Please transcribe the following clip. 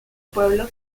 pueblo